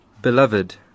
Beloved